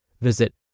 Visit